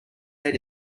head